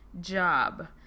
job